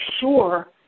sure